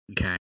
Okay